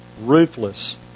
ruthless